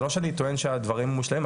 זה לא שאני טוען שהדברים מושלמים,